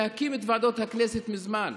להקים את ועדות הכנסת מזמן.